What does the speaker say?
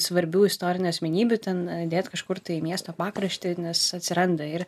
svarbių istorinių asmenybių ten dėt kažkur tai į miesto pakraštį nes atsiranda ir